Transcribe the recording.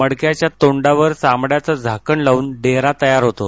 मडक्याच्या तोंडावर चामङ्याचं झाकण लावून डेरा तयार होतो